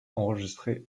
enregistré